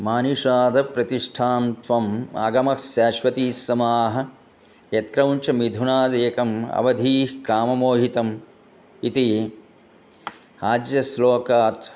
मानिषादप्रतिष्ठां त्वम् आगमः शाश्वतीस्समाः यत्क्रौञ्चमिथुनादेकम् अवधीः काममोहितम् इति आद्यस्लोकात्